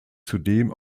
zudem